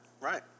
Right